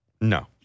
No